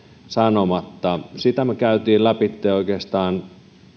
sanomatta sitä me kävimme lävitse oikeastaan